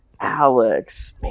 Alex